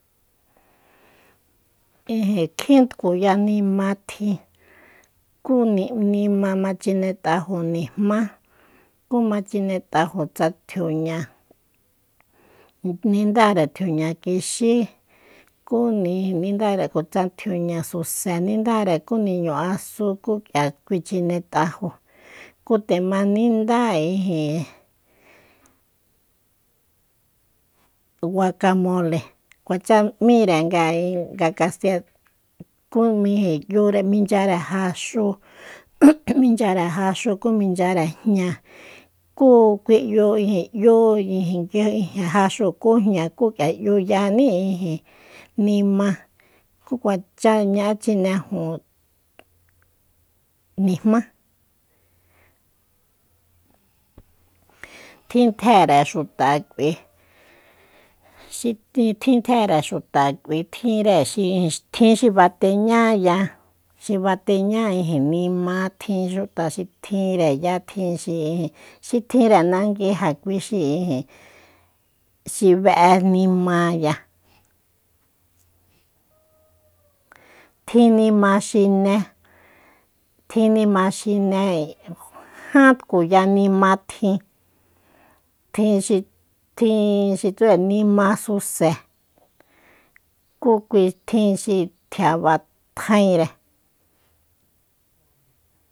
Ijin kjín tkuya nima tjin kú nima ma chinetꞌajo nijma kú ma chinetꞌajo tsa tjiuña nindáre tjiuña kixí kú nindáre kjutsa tjiuña suse nindáre kú niñu asu kú kꞌia kui chinetꞌajo kú nde ma nindáre ijin guakamole kuacha ꞌmíre nga ijin kastilla kú ijin ꞌyure michare jaxu minchare jaxu kú minchare jña kú kui ꞌyu ijin ꞌyu ijin jaxu kú jña kú kꞌia ꞌyuyaní ijin nima kú kuacha ñaꞌan chinejun nijma tjin tjére xuta kꞌui xi tjin tjére xuta kꞌui tjinre xi tjin xi bateñaya xi bateña ijin nima tjin xuta xi tjinreya tjin xi ijin xi tjinre nangui ja kui xi ijin xi beꞌe nimaya tjin nima xine tjin nima xine ján tkuya nima tjin tjin xi tjin xi tsure nima suse kú kui xi tjin xi tjiaba tjainre.